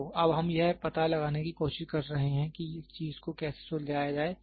तो अब हम यह पता लगाने की कोशिश कर रहे हैं कि इस चीज़ को कैसे सुलझाया जाए